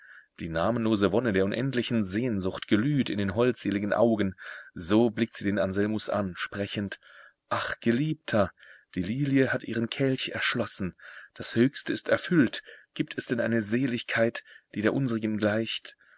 die namenlose wonne der unendlichen sehnsucht glüht in den holdseligen augen so blickt sie den anselmus an sprechend ach geliebter die lilie hat ihren kelch erschlossen das höchste ist erfüllt gibt es denn eine seligkeit die der unsrigen gleicht